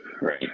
right